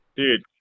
Dude